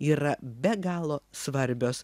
yra be galo svarbios